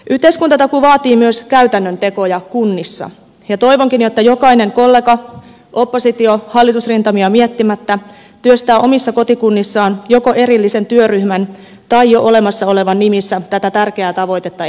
yhteiskuntatakuu vaatii myös käytännön tekoja kunnissa ja toivonkin jotta jokainen kollega oppositiohallitus rintamia miettimättä työstää omissa kotikunnissaan joko erillisen työryhmän tai jo olemassa olevan nimissä tätä tärkeää tavoitetta eteenpäin